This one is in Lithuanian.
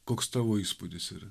koks tavo įspūdis ir